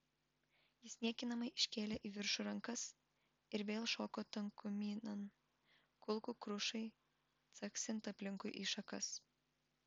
jis niekinamai iškėlė į viršų rankas ir vėl šoko tankumynan kulkų krušai caksint aplinkui į šakas